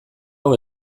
hau